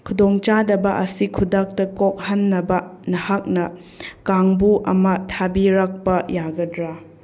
ꯈꯨꯗꯣꯡ ꯆꯥꯗꯕ ꯑꯁꯤ ꯈꯨꯗꯛꯇ ꯀꯣꯛꯍꯟꯅꯕ ꯅꯍꯥꯛꯅ ꯀꯥꯡꯕꯨ ꯑꯃ ꯊꯥꯕꯤꯔꯛꯄ ꯌꯥꯒꯗ꯭ꯔꯥ